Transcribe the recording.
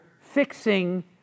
fixing